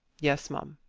yes, m'm.